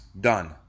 done